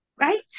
Right